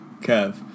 Kev